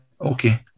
okay